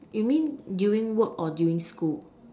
you mean during work or during school